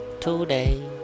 today